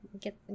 get